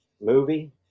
movie